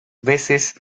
veces